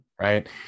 right